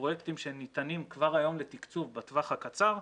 והפרויקטים שניתנים כבר היום לתקצוב בטווח הקצר,